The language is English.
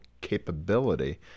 capability